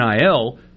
NIL